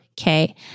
Okay